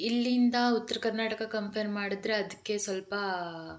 ಇಲ್ಲಿಂದ ಉತ್ತರ ಕರ್ನಾಟಕ ಕಂಪೇರ್ ಮಾಡಿದರೆ ಅದಕ್ಕೆ ಸ್ವಲ್ಪ